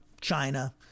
China